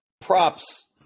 props